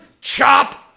chop